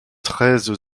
treize